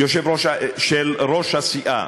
ראש הסיעה,